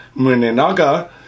Munenaga